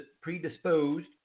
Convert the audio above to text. predisposed